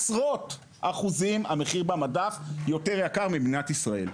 עשרות אחוזים המחיר במדף יותר יקר ממדינת ישראל.